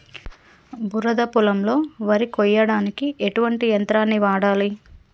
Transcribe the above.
బురద పొలంలో వరి కొయ్యడానికి ఎటువంటి యంత్రాన్ని వాడాలి?